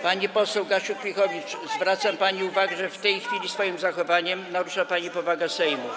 Pani poseł Gasiuk-Pihowicz, zwracam pani uwagę, że w tej chwili swoim zachowaniem narusza pani powagę Sejmu.